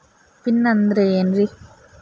Pin ಅಂದ್ರೆ ಏನ್ರಿ?